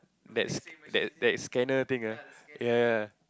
that's that that scanner thing ah ya